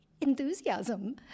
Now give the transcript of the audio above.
enthusiasm